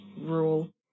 rural